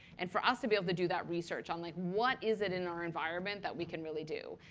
and for us to be able to do that research on like what is it in our environment that we can really do.